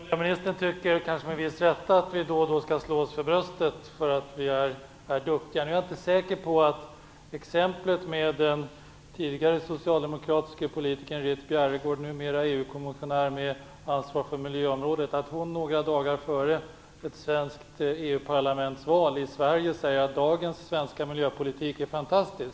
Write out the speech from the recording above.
Fru talman! Miljöministern anser, kanske med rätta, att vi då och då skall slå oss för bröstet därför att vi är duktiga. Miljöministern nämnde som exempel att den tidigare socialdemokratiska politikern Ritt Bjerregaard, numera EU-kommissionär med ansvar för miljöområdet, några dagar före ett svenskt EU parlamentsval sade att dagens svenska miljöpolitik är fantastisk.